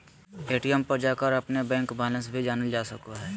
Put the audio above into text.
ATM पर जाकर भी अपन बैंक बैलेंस जानल जा सको हइ